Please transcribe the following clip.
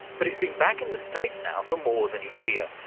but he's been back in the states now for more than a year,